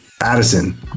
Addison